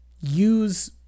use